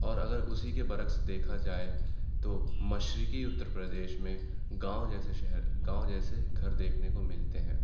اور اگر اسی کے برعکس دیکھا جائے تو مشرقی اتر پردیش میں گاؤں جیسے شہر گاؤں جیسے گھر دیكھنے كو ملتے ہیں